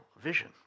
vision